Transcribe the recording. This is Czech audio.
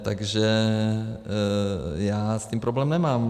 Takže já s tím problém nemám.